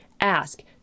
ask